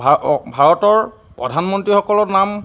ভা অ ভাৰতৰ প্ৰধানমন্ত্ৰীসকলৰ নাম